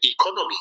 economy